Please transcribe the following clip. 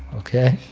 ok?